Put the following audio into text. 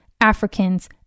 Africans